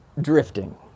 drifting